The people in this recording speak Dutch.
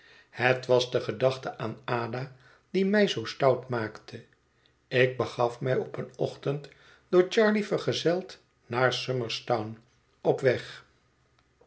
het was de gedachte aan ada die mij zoo stout maakte ik begaf mij op een ochtend door charley vergezeld naar somers town op wég